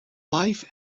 life